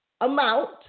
amount